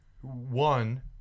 one